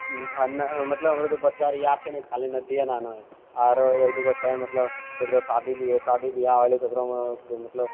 आओर नहि मतलब आओर जे बच्चा रहियै खालिये नदिए नहाना रहै आरो एक दूगो छै मतलब ककरो शादी हय शादी ब्याह होलै तऽ ओकरोमे मतलब